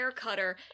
haircutter